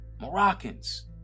Moroccans